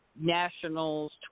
Nationals